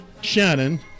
Shannon